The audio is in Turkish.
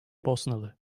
bosnalı